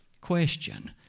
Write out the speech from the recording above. Question